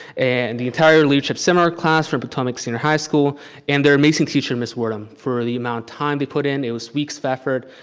and the entire leadership seminar class for potomac senior high school and their amazing teacher, ms. wordam. for the amount of time they put in, it was weeks of effort.